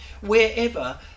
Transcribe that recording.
wherever